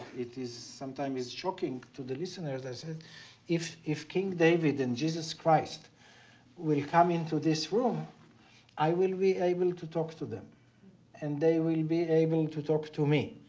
it is sometimes shocking to the listeners i said if if king david and jesus christ will come into this room i will be able to talk to them and they will be able to talk to me.